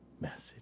message